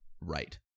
right